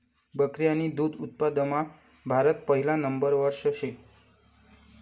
बकरी आणि दुध उत्पादनमा भारत पहिला नंबरवर शे